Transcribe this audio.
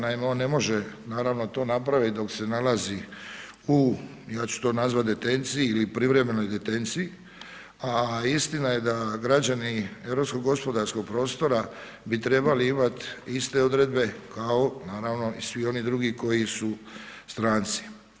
Naime, on ne može, naravno to napraviti dok se nalazi u, ja ću to nazvati detenciji ili privremenoj detenciji, a istina je da građani europskog gospodarskog prostora bi trebali imati iste odredbe kao, naravno i svi oni drugi koji su stranci.